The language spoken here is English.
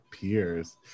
peers